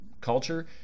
culture